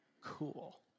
Cool